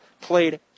played